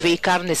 ובמיוחד,